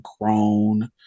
grown